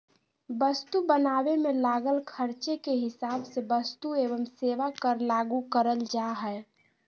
वस्तु बनावे मे लागल खर्चे के हिसाब से वस्तु एवं सेवा कर लागू करल जा हय